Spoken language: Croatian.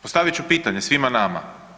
Postavit ću pitanje svima nama.